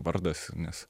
vardas nes